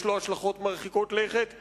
יש לו השלכות מרחיקות לכת לדורות,